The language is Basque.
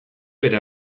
bere